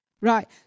right